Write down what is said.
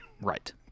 Right